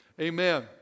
Amen